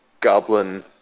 goblin